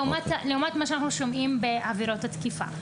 לעומת מה שאנחנו שומעים בעבירות התקיפה.